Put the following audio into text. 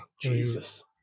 Jesus